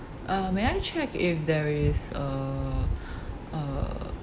uh may I check if there is uh uh